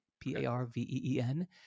P-A-R-V-E-E-N